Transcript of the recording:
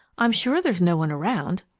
i'm sure there's no one around.